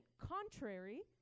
contrary